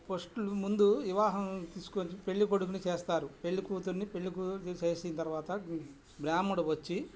first ముందు వివాహం తీసుకోని పెళ్ళికొడుకుని చేస్తారు పెళ్ళికూతురిని పెళ్ళికూతురిని చేసిన తర్వాత బ్రాహ్ముడు వచ్చి